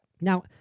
Now